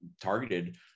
targeted